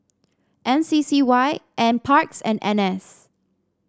M C C Y NParks and N S